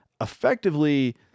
effectively